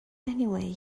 anyway